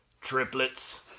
Triplets